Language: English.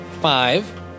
five